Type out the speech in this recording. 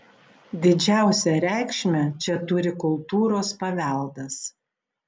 didžiausią reikšmę čia turi kultūros paveldas